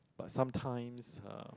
but sometimes uh